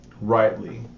rightly